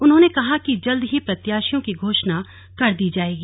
उन्होने कहा कि जल्द ही प्रत्याशियों की घोषणा कर दी जायेगी